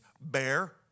Bear